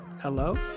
Hello